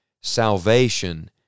salvation